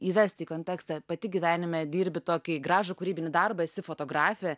įvest į kontekstą pati gyvenime dirbi tokį gražų kūrybinį darbą esi fotografė